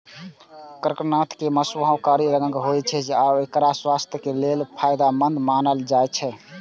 कड़कनाथ के मासुओ कारी रंगक होइ छै आ एकरा स्वास्थ्यक लेल फायदेमंद मानल जाइ छै